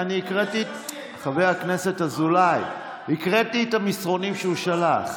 חבר הכנסת אזולאי, הקראתי את המסרונים שהוא שלח.